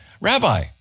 Rabbi